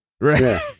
Right